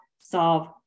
solve